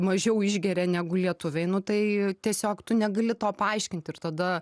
mažiau išgeria negu lietuviai nu tai tiesiog tu negali to paaiškint ir tada